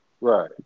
Right